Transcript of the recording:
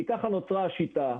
כי ככה נוצרה השיטה,